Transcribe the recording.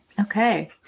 Okay